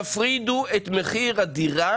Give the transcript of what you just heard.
תפרידו את מחיר הדירה